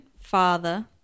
father